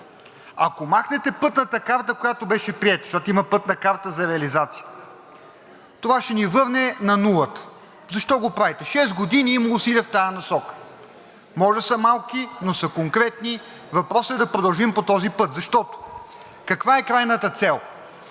ако махнете пътната карта, която беше приета, защото има пътна карта за реализация, това ще ни върне на нулата. Защо го правите? Шест години има усилия в тази насока – може да са малки, но са конкретни. Въпросът е да продължим по този път. Защото каква е крайната цел?